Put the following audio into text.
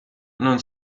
non